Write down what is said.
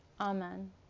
Amen